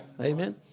Amen